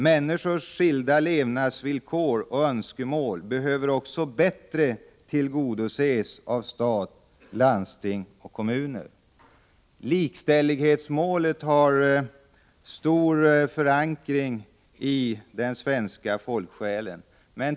Människors skilda levnadsvillkor och önskemål behöver också bättre tillgodoses av stat, landsting och kommuner. Likställighetsmålet har stor förankring i den svenska folksjälen.